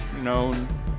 known